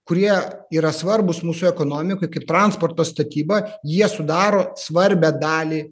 kurie yra svarbūs mūsų ekonomikai kaip transporto statyba jie sudaro svarbią dalį